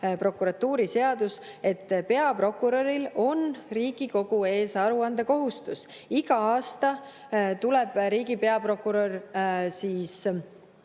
prokuratuuriseadus ütleb, et peaprokuröril on Riigikogu ees aruandekohustus. Iga aasta tuleb riigi peaprokurör Riigikogu